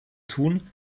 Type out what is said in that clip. tun